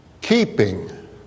keeping